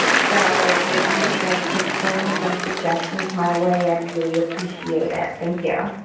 so maybe if you guys could send some suggestions my way. i really appreciate it. thank you